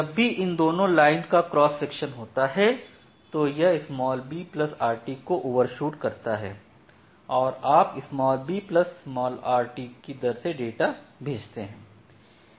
जब भी इन दोनों लाइन का क्रॉस सेक्शन होता है तो यह brt को ओवरशूट करता है तो आप brt की दर से डेटा भेजते हैं